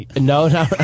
no